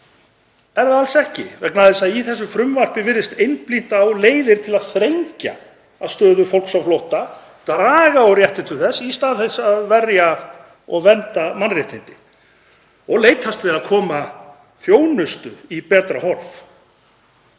er það alls ekki vegna þess að í þessu frumvarpi virðist einblínt á leiðir til að þrengja að stöðu fólks á flótta, draga úr réttindum þess í stað þess að verja og vernda mannréttindi og leitast við að koma þjónustu í betra horf.